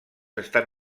estan